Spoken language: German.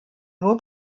nur